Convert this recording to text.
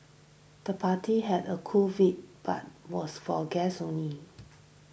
the party had a cool vibe but was for guests only